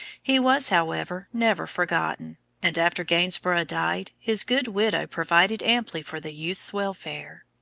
he was, however, never forgotten and after gainsborough died, his good widow provided amply for the youth's welfare.